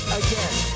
again